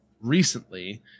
recently